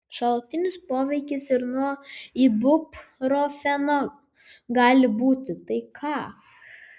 šalutinis poveikis ir nuo ibuprofeno gali būti tai ką